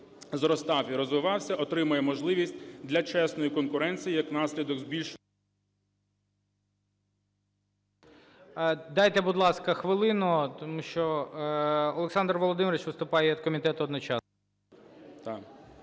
Дайте, будь ласка, хвилину. Тому що Олександр Володимирович виступає від комітету одночасно.